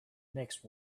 next